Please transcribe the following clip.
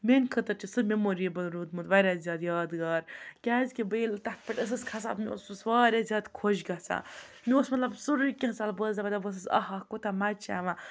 میٛانہِ خٲطرٕ چھِ سُہ مٮ۪موریبٕل روٗدمُت واریاہ زیادٕ یادگار کیٛازِکہِ بہٕ ییٚلہِ تَتھ پٮ۪ٹھ ٲسٕس کھَسان مےٚ اوس سُہ واریاہ زیادٕ خۄش گژھان مےٚ اوس مطلب سورُے کینٛہہ ژَلان بہٕ ٲسٕس دَپان بہٕ ٲسٕس اَہا کوٗتاہ مَزٕ چھِ یِوان